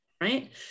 right